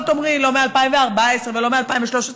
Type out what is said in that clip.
לא תאמרי, לא מ-2014 ולא מ-2013,